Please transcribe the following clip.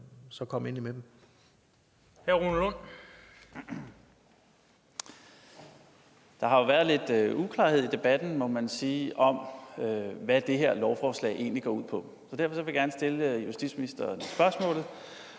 så kom endelig med dem.